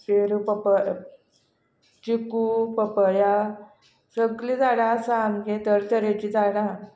पेरूं पप चिकू पपया सगलीं झाडां आसा आमगे तरेतरेचीं झाडां